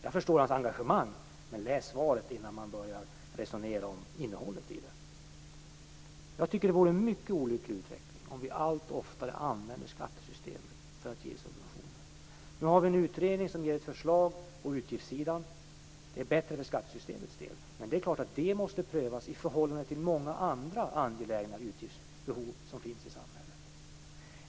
Jag förstår hans engagemang, men man skall läsa svaret innan man börjar resonera om dess innehåll. Jag tycker att det vore en mycket olycklig utveckling om vi allt oftare använder skattesystemet för att ge subventioner. Vi har en utredning som lägger fram ett förslag på utgiftssidan. Det är bättre för skattesystemets del, men det är klart att det måste prövas i förhållande till många andra angelägna utgiftsbehov som finns i samhället.